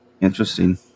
Interesting